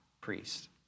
priest